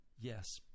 yes